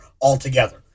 altogether